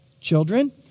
Children